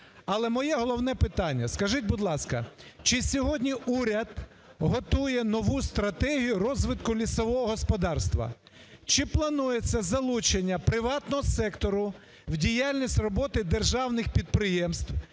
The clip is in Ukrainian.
Але моє головне питання. Скажіть, будь ласка, чи сьогодні уряд готує нову стратегію розвитку лісового господарства. Чи планується залучення приватного сектору в діяльність роботи державних підприємств